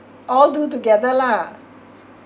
all do together lah